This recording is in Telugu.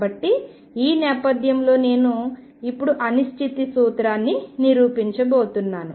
కాబట్టి ఈ నేపథ్యంలో నేను ఇప్పుడు అనిశ్చితి సూత్రాన్ని నిరూపించబోతున్నాను